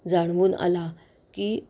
जाणवून आला की